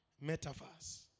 Metaphors